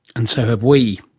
and so have we,